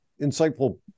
insightful